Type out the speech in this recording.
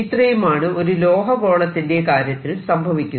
ഇത്രയുമാണ് ഒരു ലോഹ ഗോളത്തിന്റെ കാര്യത്തിൽ സംഭവിക്കുന്നത്